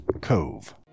Cove